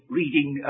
reading